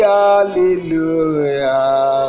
hallelujah